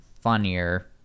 funnier